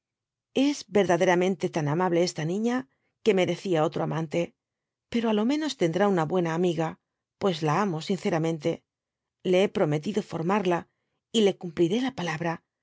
es verdaderamente tan amable esta niña que merecía otro amante pero á lo mos tendrá una buena amiga pues la amo sinceramente le hé prometido formarla y le cumpliré la